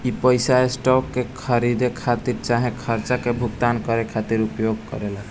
उ पइसा स्टॉक के खरीदे खातिर चाहे खर्चा के भुगतान करे खातिर उपयोग करेला